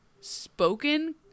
spoken